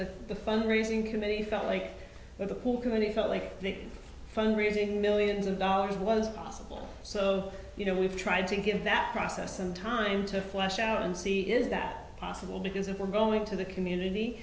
at the fund raising committee felt like the cool committee felt like the fund raising millions of dollars was possible so you know we've tried to give that process some time to flesh out and see is that possible because if we're going to the community